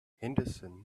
henderson